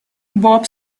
bob